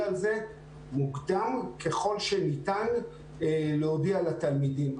על זה מוקדם ככל שניתן להודיע לתלמידים.